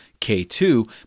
K2